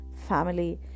family